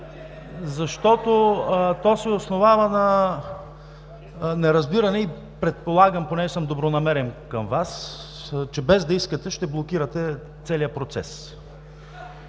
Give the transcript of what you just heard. защото то се основава на неразбиране и предполагам, понеже съм добронамерен към Вас, че без да искате, ще блокирате целия процес.